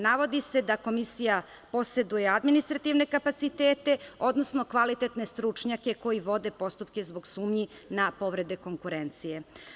Navodi se da Komisija poseduje administrativne kapacitete, odnosno kvalitetne stručnjake koji vode postupke zbog sumnji na povrede konkurencije.